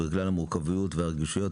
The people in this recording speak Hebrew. ובגלל המורכבויות והרגישויות,